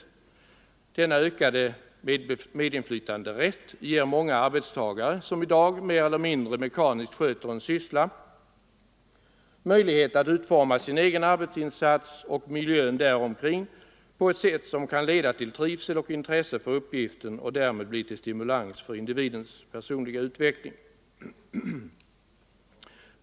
87 Denna ökade medinflytanderätt ger många arbetstagare, som i dag mer eller mindre mekaniskt sköter en syssla, möjlighet att utforma sin egen arbetsinsats och miljön där omkring på ett sätt, som kan leda till trivsel och intresse för uppgiften och därmed bli till stimulans för individens personliga utveckling.